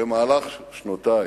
במהלך שנותי